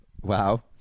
Wow